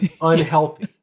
Unhealthy